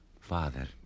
father